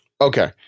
Okay